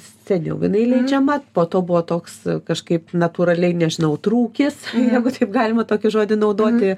seniau jinai leidžiama po to buvo toks kažkaip natūraliai nežinau trūkis jeigu taip galima tokį žodį naudoti